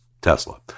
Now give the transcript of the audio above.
Tesla